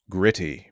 Gritty